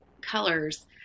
colors